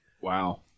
Wow